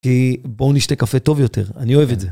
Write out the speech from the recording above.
כי בואו נשתה קפה טוב יותר, אני אוהב את זה.